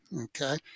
okay